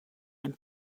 and